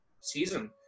season